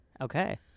Okay